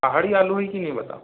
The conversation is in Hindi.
पहाड़ी आलू है कि नहीं यह बताओ